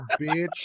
bitch